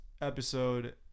episode